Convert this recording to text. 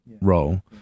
role